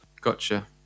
Gotcha